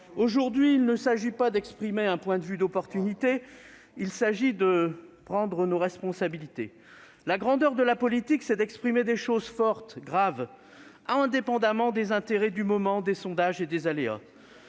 Aujourd'hui, il s'agit non pas d'exprimer un point de vue d'opportunité, mais de prendre nos responsabilités. La grandeur de la politique, c'est d'exprimer des choses fortes et graves, indépendamment des intérêts du moment, des sondages et des aléas.